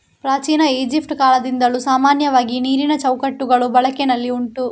ಪ್ರಾಚೀನ ಈಜಿಪ್ಟ್ ಕಾಲದಿಂದಲೂ ಸಾಮಾನ್ಯವಾಗಿ ನೀರಿನ ಚೌಕಟ್ಟುಗಳು ಬಳಕೆನಲ್ಲಿ ಉಂಟು